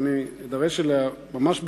שאני אדרש אליה ממש בקצרה,